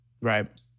right